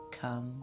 come